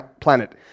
planet